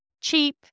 cheap